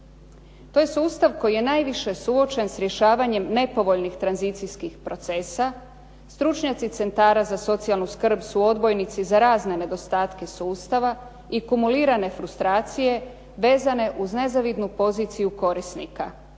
To je sustav koji je najviše suočen s rješavanjem nepovoljnih tranzicijskih procesa, stručnjaci centara za socijalnu skrb su odbojnici za razne nedostatke sustava i kumulirane frustracije vezane uz nezavidnu poziciju korisnika.